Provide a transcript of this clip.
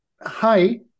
Hi